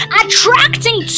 attracting